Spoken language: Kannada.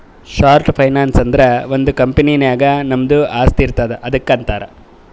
ಶಾರ್ಟ್ ಫೈನಾನ್ಸ್ ಅಂದುರ್ ಒಂದ್ ಕಂಪನಿ ನಾಗ್ ನಮ್ದು ಆಸ್ತಿ ಇರ್ತುದ್ ಅದುಕ್ಕ ಅಂತಾರ್